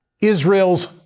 Israel's